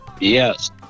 Yes